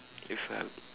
if I'm